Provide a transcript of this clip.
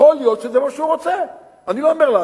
יכול להיות שזה מה שהוא רוצה.